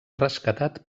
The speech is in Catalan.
rescatat